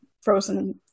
frozen